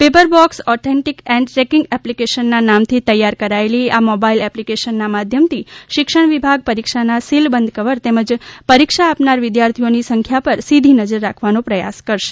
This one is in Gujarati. paper box authentics and tracking એપ્લિકેશનના નામથી તૈયાર કરાયેલી આ મોબાઈલ એપ્લિકેશનના માધ્યમથી શિક્ષણ વિભાગ પરીક્ષાના સીલ બંધ કવર તેમજ પરીક્ષા આપનાર વિધાર્થીઓની સંખ્યા પર સીધી નજર રાખવાનો પ્રયાસ કરાશે